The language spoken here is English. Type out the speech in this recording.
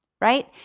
right